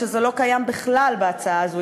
שזה לא קיים בכלל בהצעה הזאת,